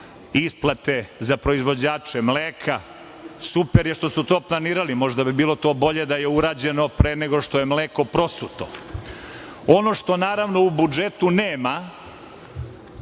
isplate za proizvođače mleka. Super je što su to planirali, možda bi bilo to bolje da je urađeno pre nego što je mleko prosuto. Ono čega naravno u budžetu nema